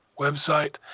website